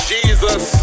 Jesus